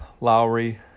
Lowry